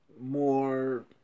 More